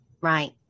Right